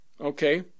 Okay